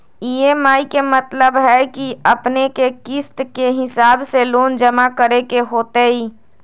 EMI के मतलब है कि अपने के किस्त के हिसाब से लोन जमा करे के होतेई?